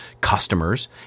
customers